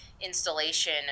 installation